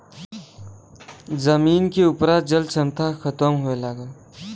जमीन के उपराजल क्षमता खतम होए लगल